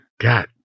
God